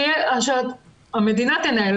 המדינה תנהל,